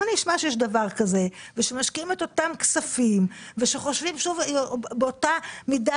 אם אני אשמע שיש דבר כזה ושמשקיעים את אותם כספים ושחושבים באותה מידה